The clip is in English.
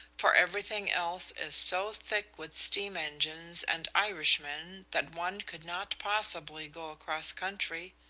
for everything else is so thick with steam-engines and irishmen that one could not possibly go across country.